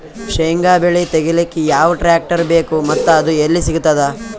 ಶೇಂಗಾ ಬೆಳೆ ತೆಗಿಲಿಕ್ ಯಾವ ಟ್ಟ್ರ್ಯಾಕ್ಟರ್ ಬೇಕು ಮತ್ತ ಅದು ಎಲ್ಲಿ ಸಿಗತದ?